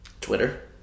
Twitter